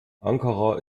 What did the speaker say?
ankara